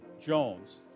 Jones